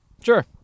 Sure